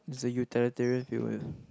the utilitarian view eh